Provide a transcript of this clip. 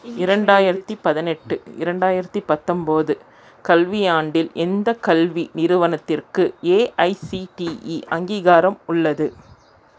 இரண்டாயிரத்து பதினெட்டு இரண்டாயிரத்து பத்தொன்பது கல்வியாண்டில் எந்த கல்வி நிறுவனத்துக்கு ஏஐசிடிஇ அங்கீகாரம் உள்ளது